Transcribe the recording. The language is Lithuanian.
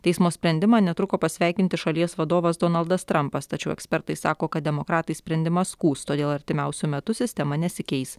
teismo sprendimą netruko pasveikinti šalies vadovas donaldas trampas tačiau ekspertai sako kad demokratai sprendimą skųs todėl artimiausiu metu sistema nesikeis